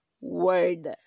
Word